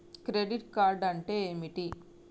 Credit card అంటే ఏమిటి?